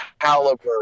caliber